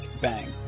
bang